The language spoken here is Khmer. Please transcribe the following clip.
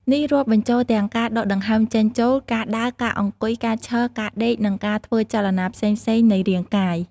នេះរាប់បញ្ចូលទាំងការដកដង្ហើមចេញចូល ការដើរ ការអង្គុយ ការឈរ ការដេក និងការធ្វើចលនាផ្សេងៗនៃរាងកាយ។